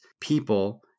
people